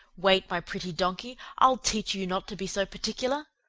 wait, my pretty donkey, i'll teach you not to be so particular.